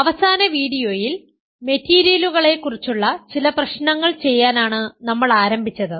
അവസാന വീഡിയോയിൽ മെറ്റീരിയലുകളെ കുറിച്ചുള്ള ചില പ്രശ്നങ്ങൾ ചെയ്യാനാണ് നമ്മൾ ആരംഭിച്ചത്